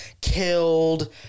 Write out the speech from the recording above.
killed